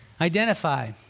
Identify